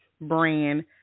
brand